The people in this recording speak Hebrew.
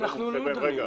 --- אנחנו לא דנים.